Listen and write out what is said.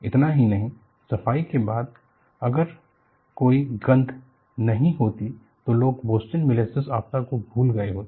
इतना ही नहीं सफाई के बाद अगर कोई गंध नहीं होता तो लोग बोस्टन मोलेसेस आपदा को भूल गए होते